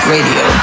Radio